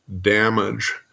damage